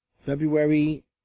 February